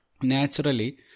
Naturally